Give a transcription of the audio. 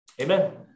Amen